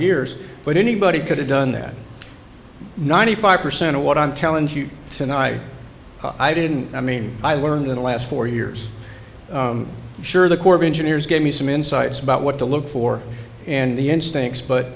years but anybody could have done that ninety five percent of what i'm telling you and i i didn't i mean i learned in the last four years sure the corps of engineers gave me some insights about what to look for and the instincts but